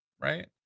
Right